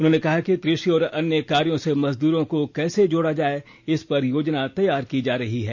उन्होंने कहा है कि कृषि और अन्य कार्यों से मजदूरों को कैसे जोड़ा जाये इस पर योजना तैयार की जा रही है